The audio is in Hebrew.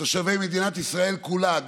תושבי מדינת ישראל כולה.